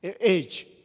age